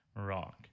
Rock